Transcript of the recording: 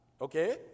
okay